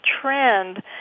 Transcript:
trend